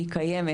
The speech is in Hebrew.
והיא קיימת.